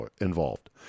involved